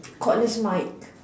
cordless mic